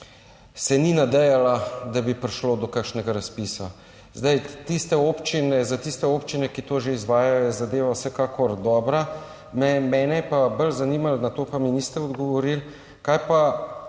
se ni nadejala, da bi prišlo do kakšnega razpisa. Za tiste občine, ki to že izvajajo, je zadeva vsekakor dobra. Mene je pa bolj zanimalo, na to pa mi niste odgovorili: Kaj pa